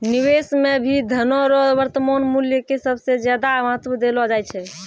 निवेश मे भी धनो रो वर्तमान मूल्य के सबसे ज्यादा महत्व देलो जाय छै